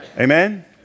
Amen